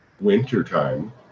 wintertime